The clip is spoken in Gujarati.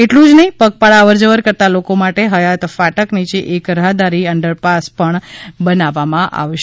એટલું જ નહિ પગપાળા અવર જવર કરતા લોકો માટે હયાત ફાટક નીચે એક રાહદારી અંડરપાસ પણ બનાવવામાં આવશે